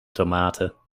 tomaten